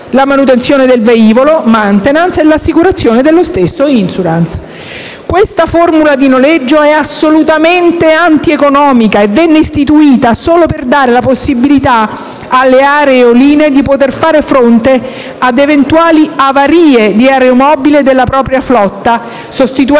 la manutenzione del velivolo (*maintenance*) e l'assicurazione dello stesso (*insurance*). Questa formula di noleggio è assolutamente antieconomica e venne istituita solo per dare la possibilità alle aerolinee di potere far fronte ad eventuali avarie di un aeromobile della propria flotta, sostituendolo